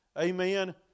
Amen